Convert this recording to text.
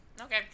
Okay